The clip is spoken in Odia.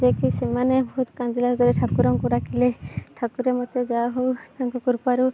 ଯେ କି ସେମାନେ ବହୁତ କାନ୍ଦିଲା ଭିତରେ ଠାକୁରଙ୍କୁ ଡାକିଲେ ଠାକୁର ମତେ ଯାଆ ହଉ ତାଙ୍କ କୃପାରୁ